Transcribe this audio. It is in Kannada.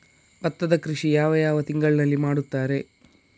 ಭತ್ತದ ಕೃಷಿ ಯಾವ ಯಾವ ತಿಂಗಳಿನಲ್ಲಿ ಮಾಡುತ್ತಾರೆ?